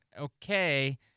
okay